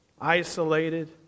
isolated